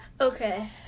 Okay